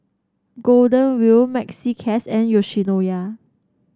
Golden Wheel Maxi Cash and Yoshinoya